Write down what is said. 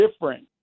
different